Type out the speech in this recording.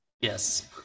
Yes